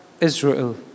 Israel